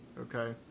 okay